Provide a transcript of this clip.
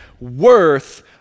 worth